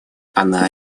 она